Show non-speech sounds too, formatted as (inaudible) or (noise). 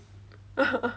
(laughs)